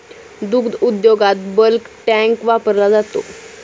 दुग्ध उद्योगात bulk tank वापरला जातो